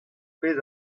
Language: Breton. pezh